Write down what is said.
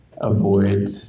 avoid